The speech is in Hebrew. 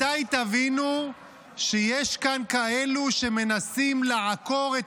מתי תבינו שיש כאן כאלה שמנסים לעקור את